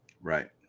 Right